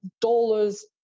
dollars